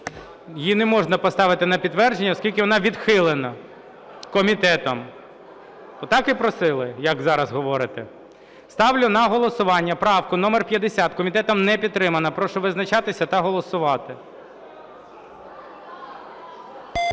Її не можна поставити на підтвердження, оскільки вона відхилена комітетом. Отак і просили, як зараз говорите. Ставлю на голосування правку номер 50. Комітетом не підтримана. Прошу визначатися та голосувати.